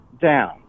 down